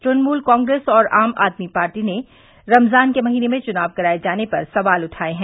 तृणमुल कांग्रेस और आम आदमी पार्टी ने रमजान के महीने में चुनाव कराये जाने पर सवाल उठाये हैं